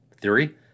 Theory